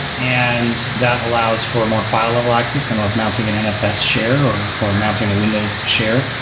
and that allows for more file level access, kind of like mounting an nfs share or or mounting a windows share.